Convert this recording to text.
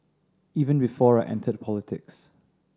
even before I entered politics